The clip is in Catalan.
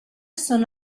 són